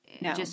No